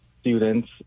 students